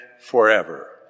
forever